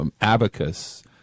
Abacus